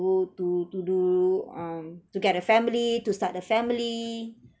to to to do um to get a family to start a family